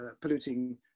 polluting